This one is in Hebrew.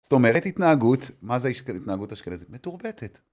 זאת אומרת התנהגות, מה זה התנהגות אשכנזית? מתורבתת.